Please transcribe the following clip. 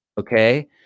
okay